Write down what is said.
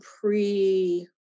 pre